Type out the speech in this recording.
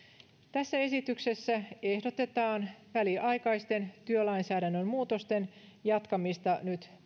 tässä esityksessä ehdotetaan nyt väliaikaisten työlainsäädännön muutosten jatkamista